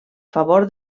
favor